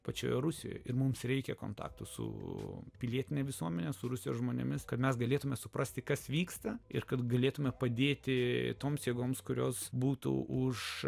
pačioje rusijoje ir mums reikia kontaktų su pilietine visuomene su rusijos žmonėmis kad mes galėtumėme suprasti kas vyksta ir kad galėtumėme padėti toms jėgoms kurios būtų už